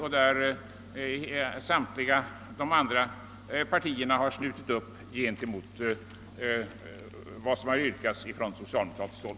Och även övriga oppositionspartier har slutit upp mot vad som yrkats från socialdemokratiskt håll.